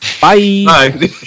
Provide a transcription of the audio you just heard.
bye